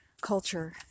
culture